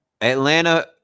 Atlanta